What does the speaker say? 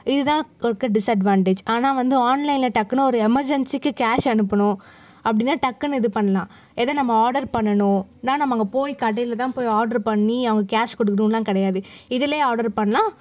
இது தான் இருக்க டிஸ்அட்வான்டேஜ் ஆனால் வந்து ஆன்லைனில் டக்குனு ஒரு எமர்ஜென்ஸிக்கு கேஷ் அனுப்பணும் அப்படிதான் டக்குனு இது பண்ணலாம் ஏதோ நம்ம ஆர்டர் பண்ணணும் தான் நம்ம அங்கே போய் கடையில் தான் போய் ஆர்டரு பண்ணி அவங்க கேஷ் கொடுக்கணுலாம் கிடையாது இதிலே ஆர்டரு பண்ணிணா